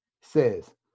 says